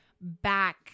back